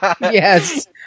Yes